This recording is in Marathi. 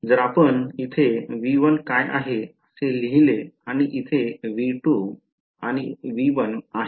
जर आपण येथे V1 काय आहे असे लिहिले आणि इथे V1 आणि V2 आहे